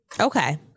Okay